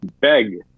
beg